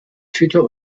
twitter